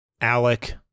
Alec